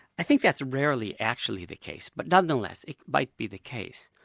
i think that's rarely actually the case, but nonetheless, it might be the case.